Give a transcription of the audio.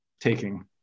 taking